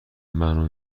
منو